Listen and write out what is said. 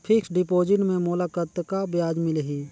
Fixed deposit मे मोला कतका ब्याज मिलही?